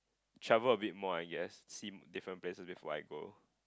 travel a bit more I guess see different places before I go